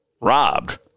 robbed